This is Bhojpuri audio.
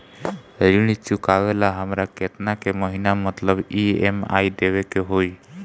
ऋण चुकावेला हमरा केतना के महीना मतलब ई.एम.आई देवे के होई?